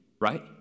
right